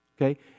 okay